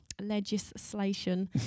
legislation